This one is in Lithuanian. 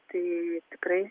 tai tikrai